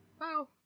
Wow